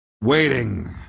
waiting